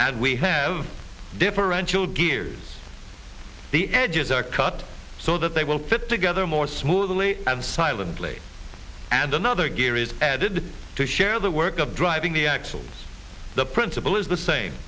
and we have differential gears the edges are cut so that they will fit together more smoothly and silently and another gear is added to share the work of driving the axles the principle is the same